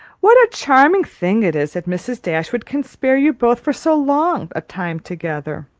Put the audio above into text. what a charming thing it is that mrs. dashwood can spare you both for so long a time together!